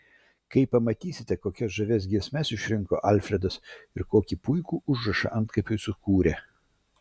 kai pamatysite kokias žavias giesmes išrinko alfredas ir kokį puikų užrašą antkapiui sukūrė